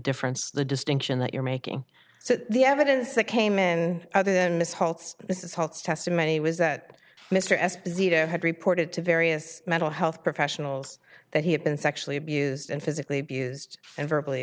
difference the distinction that you're making so the evidence that came in other than this is whole testimony was that mr esposito had reported to various mental health professionals that he had been sexually abused and physically abused and verbally